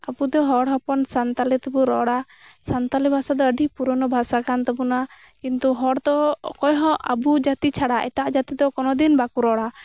ᱟᱵᱚ ᱫᱚ ᱦᱚᱲ ᱦᱚᱯᱚᱱ ᱥᱟᱱᱛᱟᱞᱤ ᱛᱮᱵᱚ ᱨᱚᱲᱟ ᱥᱟᱱᱛᱟᱞᱤ ᱵᱷᱟᱥᱟ ᱫᱚ ᱟᱹᱰᱤ ᱯᱩᱨᱳᱱᱳ ᱵᱷᱟᱥᱟ ᱠᱟᱱ ᱛᱟᱵᱚᱱᱟ ᱠᱤᱱᱛᱩ ᱦᱚᱲ ᱫᱚ ᱚᱠᱚᱭ ᱦᱚᱸ ᱟᱵᱚ ᱡᱟᱹᱛᱤ ᱪᱷᱟᱲᱟ ᱮᱴᱟᱜ ᱡᱟᱹ ᱛᱤ ᱫᱚ ᱠᱳᱱᱳ ᱫᱤᱱ ᱵᱟᱠᱚ ᱨᱚᱲᱟ